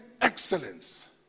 excellence